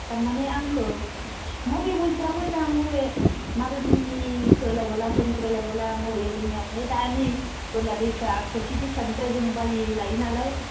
थारमाने आंखो मबे मोनसेया मोजां मबे माबायदिखो लायबोला सोरनिफ्राय लायबोला मबे जोंनिया नै दा नै बोला दैसा खलसि दैसानिफ्राय जों बालि लायोनालाय